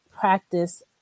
practice